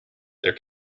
there